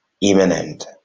imminent